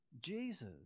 Jesus